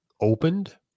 opened